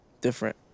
different